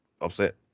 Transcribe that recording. upset